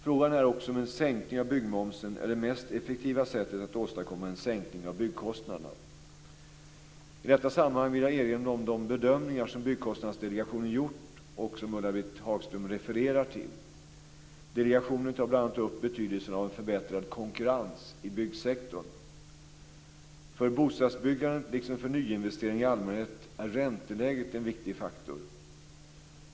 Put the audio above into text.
Frågan är också om en sänkning av byggmomsen är det mest effektiva sättet att åstadkomma en sänkning av byggkostnaderna. I detta sammanhang vill jag erinra om de bedömningar som Byggkostnadsdelegationen gjort och som Ulla-Britt Hagström refererar till. Delegationen tar bl.a. upp betydelsen av en förbättrad konkurrens i byggsektorn. För bostadsbyggandet, liksom för nyinvesteringar i allmänhet, är ränteläget en viktig faktor.